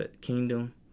kingdom